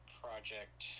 project